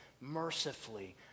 mercifully